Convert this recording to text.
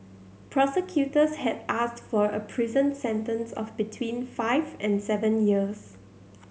prosecutors had asked for a prison sentence of between five and seven years